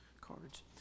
cards